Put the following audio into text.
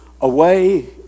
away